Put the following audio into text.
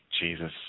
Jesus